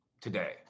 today